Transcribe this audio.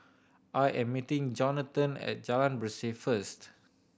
I am meeting Johnathon at Jalan Berseh first